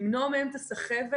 למנוע מהם את הסחבת,